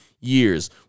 years